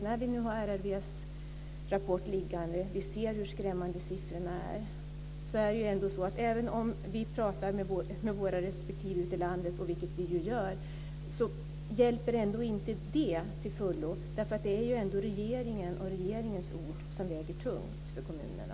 När vi nu har RRV:s rapport liggande och ser hur skrämmande siffrorna är tycker jag att även om vi pratar med våra partikamrater ute i landet - vilket vi ju gör - hjälper det ändå inte till fullo. Det är ju ändå regeringen och regeringens ord som väger tungt för kommunerna.